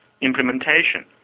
implementation